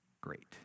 great